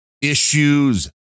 issues